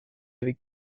avec